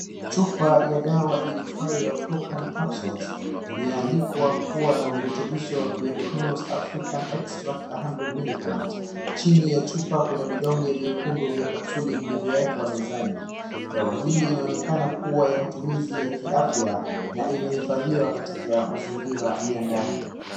chupa ya dawa iitwayo procan capsules imeandikwa kuwa na virutubisho ya prunos african extract a hundred milligrams chini ya chupa kuna vidonge mekundu ya kapsuli vilivyowekwa mezani , dawa hii inaonekana kuwa ya matumizi ya kiafya na imehifadhiwa katika mazingira ya ndani